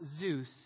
Zeus